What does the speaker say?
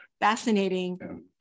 fascinating